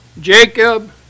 Jacob